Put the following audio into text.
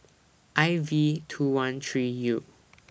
I V two one three U